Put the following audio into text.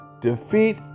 defeat